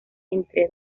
entre